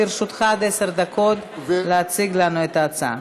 לרשותך עד עשר דקות להציג לנו את ההצעה.